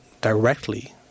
directly